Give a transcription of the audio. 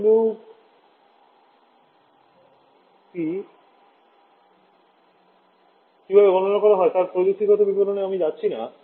GWP কীভাবে গণনা করা হয় তার প্রযুক্তিগত বিবরণে আমি যাচ্ছি না